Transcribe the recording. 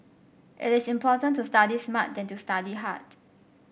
it is important to study smart than to study hard